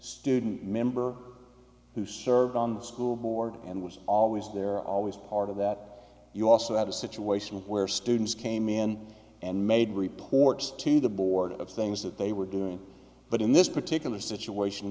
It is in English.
student member who served on the school board and was always there always part of that you also had a situation where students came in and made reports to the board of things that they were doing but in this particular situation